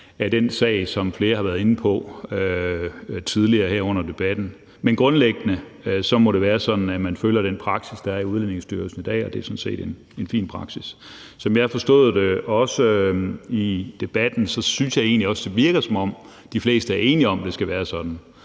af den sag, som flere har været inde på tidligere under debatten. Men grundlæggende må det være sådan, at man følger den praksis, der er i Udlændingestyrelsen i dag, og det er sådan set en fin praksis. Som jeg har forstået det i debatten, synes jeg egentlig også, at det virker, som om de fleste er enige om, at det skal være sådan.